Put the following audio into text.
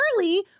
early